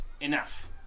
enough